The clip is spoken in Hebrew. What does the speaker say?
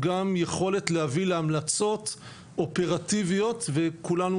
גם יכולת להביא להמלצות אופרטיביות וכולנו